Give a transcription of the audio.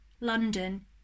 London